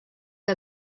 que